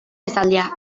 esaldia